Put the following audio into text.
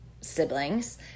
siblings